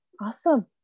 awesome